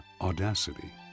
audacity